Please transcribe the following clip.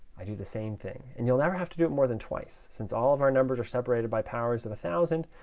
i do the same thing. and you'll never have to do it more than twice. since all of our numbers are separated by powers of one thousand,